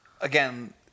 again